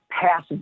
pass